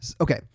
okay